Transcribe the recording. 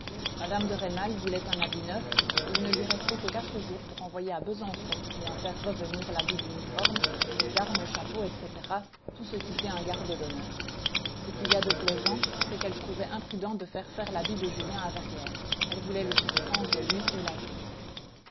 mme rênal voulait un habit neuf et il ne lui restait que quatre jours pour envoyer à besançon et en faire revenir l'habit d'uniforme les armes le chapeau etc tout ce qui fait un garde d'honneur ce qu'il y a de plaisant c'est qu'elle trouvait imprudent de faire faire l'habit de julien à verrières elle voulait le surprendre lui et la ville